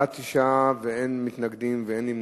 בעד, 9, אין מתנגדים ואין נמנעים.